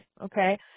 okay